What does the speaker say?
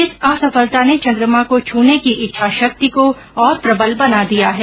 इस असफलता ने चंद्रमा को छूने की इच्छा शक्ति को और प्रबल बना दिया है